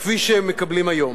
כפי שהן מקבלות היום.